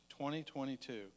2022